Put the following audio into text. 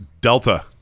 Delta